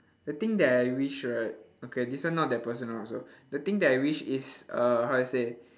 the thing that I wish right okay this one not that personal also the thing that I wish is uh how to say